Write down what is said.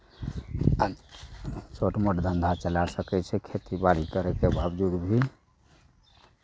आ छोट मोट धन्धा चला सकै छै खेती बाड़ी करयके बावजूद भी